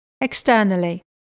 externally